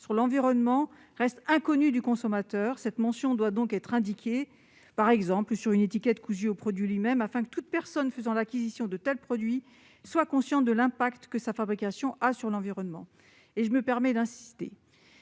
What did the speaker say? sur l'environnement restent inconnus du consommateur. Cette mention doit donc figurer quelque part, par exemple sur une étiquette cousue sur les produits eux-mêmes, afin que toute personne faisant l'acquisition de tels produits soit consciente des répercussions que leur fabrication a sur l'environnement. Je vais me permettre d'insister